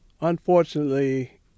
Unfortunately